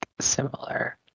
similar